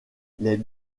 les